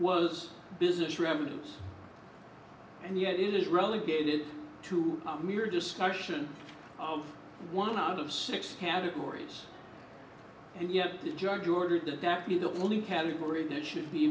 was business revenues and yet it is relegated to mere discussion of one out of six categories and yet this judge ordered that that be the only category that should be